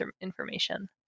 information